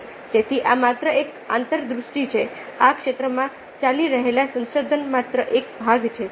તેથી આ માત્ર એક આંતરદૃષ્ટિ છે આ ક્ષેત્રમાં ચાલી રહેલા સંશોધનનો માત્ર એક ભાગ છે